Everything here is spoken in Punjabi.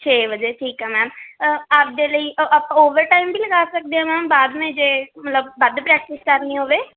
ਛੇ ਵਜੇ ਠੀਕ ਆ ਮੈਮ ਅ ਆਪਣੇ ਲਈ ਅ ਆਪਾਂ ਓਵਰ ਟਾਈਮ ਵੀ ਲਗਾ ਸਕਦੇ ਹਾਂ ਮੈਮ ਬਾਅਦ ਮੇਂ ਜੇ ਮਤਲਬ ਵੱਧ ਪ੍ਰੈਕਟਿਸ ਕਰਨੀ ਹੋਵੇ